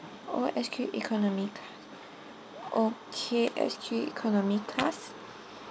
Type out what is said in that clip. oh S_Q economy okay S_Q economy class